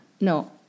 No